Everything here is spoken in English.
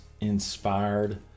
inspired